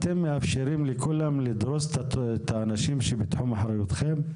אתם מאפשרים לכולם לדרוס את האנשים שבתחום אחריותכם?